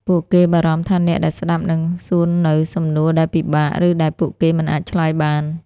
ពួកគេបារម្ភថាអ្នកដែលស្តាប់នឹងសួរនូវសំណួរដែលពិបាក ឬដែលពួកគេមិនអាចឆ្លើយបាន។